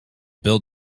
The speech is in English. build